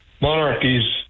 monarchies